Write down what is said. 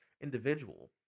individual